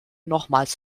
nochmals